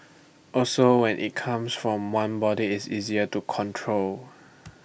also when IT comes from one body it's easier to control